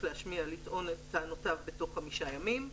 להשמיע לטעון את טענותיו בתוך 5 ימים"